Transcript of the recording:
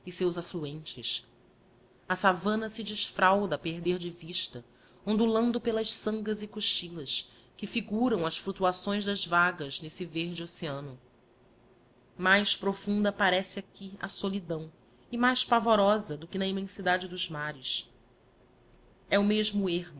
seus afluentes a savana se desfralda a perder de vista ondulando pelas sangas e cochilas que figuram as fluctuações das vagas nesse verde oceano mais profunda parece aqui a solidão e mais pavorosa do que na immensidade dos mai es e o mesmo ermo